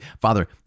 Father